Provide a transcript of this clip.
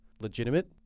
legitimate